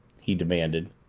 he demanded.